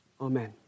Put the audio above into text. Amen